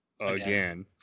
again